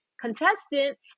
contestant